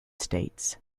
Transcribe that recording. states